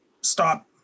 stop